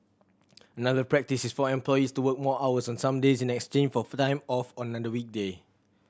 another practice is for employees to work more hours on some days in exchange for time off on another weekday